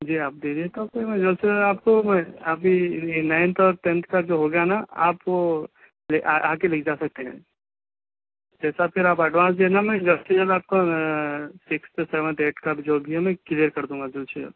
جی آپ دے دیتا کوئی ایمرجینسی ہو آپ کو ابھی نائنتھ اور ٹینتھ کا جو ہو گیا نا آپ کو آ آ کے لے جا سکتے ہیں جیسا پھر آپ ایڈوانس دینا میں جلد سے جلد آپ کا سکستھ سیونتھ ایٹتھ کا جو بھی ہے میں کلیئر کر دوں گا جلد سے جلد